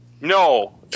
No